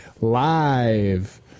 live